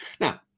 now